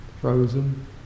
Frozen